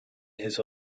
his